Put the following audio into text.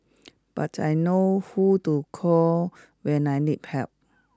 but I know who to call when I need help